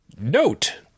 Note